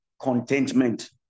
contentment